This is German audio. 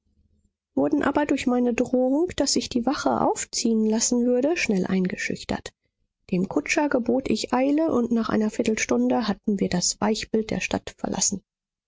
wurden aber durch meine drohung daß ich die wache aufziehen lassen würde schnell eingeschüchtert dem kutscher gebot ich eile und nach einer viertelstunde hatten wir das weichbild der stadt verlassen